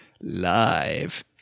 Live